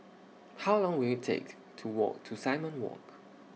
How Long Will IT Take to Walk to Simon Walk